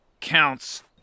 counts